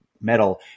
metal